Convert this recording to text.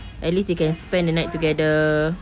at least they can spend the night together